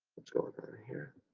let's go and over here,